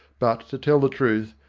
but, to tell the truth,